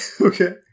Okay